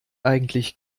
eigentlich